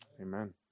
Amen